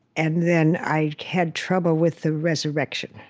and then i had trouble with the resurrection.